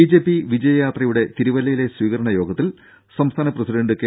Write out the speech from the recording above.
BJP വിജയയാത്രയുടെ തിരുവല്ലയിലെ സ്വീകരണ യോഗത്തിൽ സംസ്ഥാന പ്രസിഡന്റ് കെ